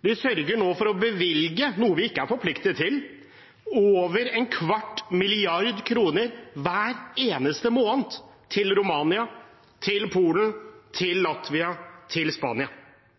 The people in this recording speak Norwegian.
De sørger nå for å bevilge – noe vi ikke er forpliktet til – over en kvart milliard kroner hver eneste måned til Romania, Polen, Latvia og Spania. Samtidig sier Senterpartiet nei til